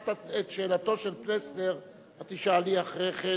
שאלתו של פלסנר את תישאלי אחרי כן.